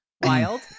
Wild